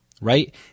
right